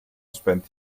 spent